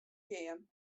gean